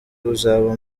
uzaba